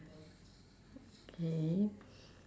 okay